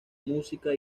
música